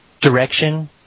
direction